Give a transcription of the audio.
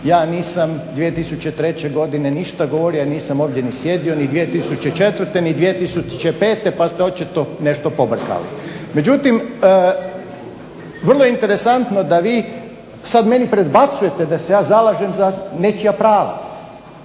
ja nisam 2003. godine ništa govorio, jer nisam ovdje ni sjedio, ni 2004., ni 2008. pa ste očito nešto pobrkali. Međutim, vrlo interesantno da vi sad meni predbacujete da se ja zalažem za nečija prava,